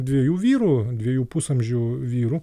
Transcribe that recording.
dviejų vyrų dviejų pusamžių vyrų